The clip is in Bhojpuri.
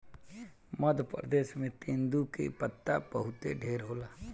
मध्य प्रदेश में तेंदू के पत्ता बहुते ढेर होला